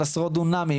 על עשרות דונמים,